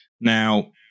Now